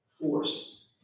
force